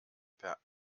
per